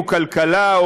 או כלכלה,